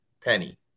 Penny